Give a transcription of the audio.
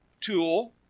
tool